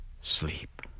sleep